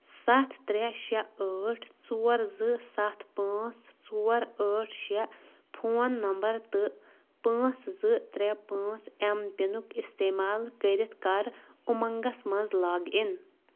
سَتھ ترٛےٚ شےٚ ٲٹھ ژور زٕ سَتھ پانٛژھ ژور ٲٹھ شےٚ فون نمبر تہٕ پانٛژھ زٕ ترٛےٚ پانٛژھ اٮ۪م پِنُک اِستعمال کٔرِتھ کَر اُمنٛگس منٛز لاگ اِن